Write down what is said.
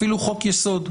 אפילו חוק-יסוד,